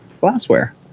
glassware